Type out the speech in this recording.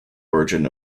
origin